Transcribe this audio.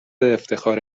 افتخار